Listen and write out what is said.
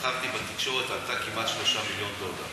זכרתי מהתקשורת, עלתה כמעט 3 מיליון דולר.